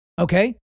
Okay